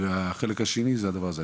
והחלק השני זה הדבר הזה.